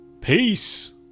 peace